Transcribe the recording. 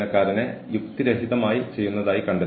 പക്ഷേ നിങ്ങൾ നിരന്തരം അപമാനിക്കപ്പെടുന്നത് ഭീഷണിപ്പെടുത്തലാണ്